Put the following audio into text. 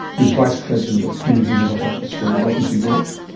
who is vice president of community mental health australia. welcome to you both.